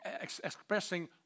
expressing